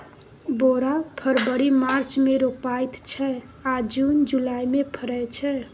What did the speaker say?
बोरा फरबरी मार्च मे रोपाइत छै आ जुन जुलाई मे फरय छै